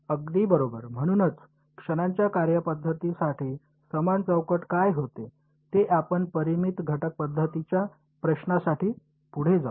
अगदी बरोबर म्हणूनच क्षणांच्या कार्यपद्धतीसाठी समान चौकट काय होते ते आपण परिमित घटक पद्धतीच्या प्रश्नासाठी पुढे जाऊ